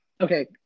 Okay